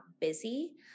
busy